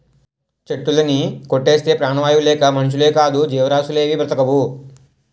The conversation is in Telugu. చెట్టులుని కొట్టేస్తే ప్రాణవాయువు లేక మనుషులేకాదు జీవరాసులేవీ బ్రతకవు